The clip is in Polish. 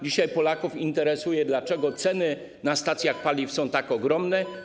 Dzisiaj Polaków interesuje, dlaczego ceny na stacjach paliw są tak ogromne.